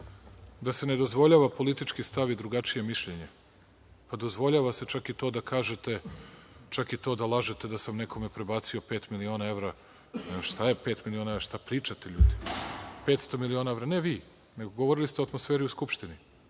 da se ne dozvoljava politički stav i drugačije mišljenje. Pa, dozvoljava se čak i to da kažete, čak i to da lažete da sam nekom prebacio pet miliona evra. Šta, pet miliona, šta pričate ljudi? Petsto miliona, ne vi, nego govorili ste o atmosferi u Skupštini.